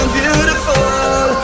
beautiful